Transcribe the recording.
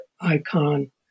icon